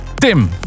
Tim